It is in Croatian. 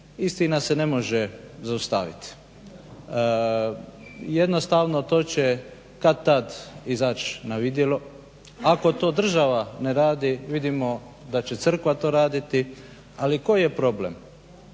istina se ne može zaustaviti. Jednostavno to će kad-tad izaći na vidjelo. Ako to država ne radi vidimo da će crkva to raditi. ali koji je problem?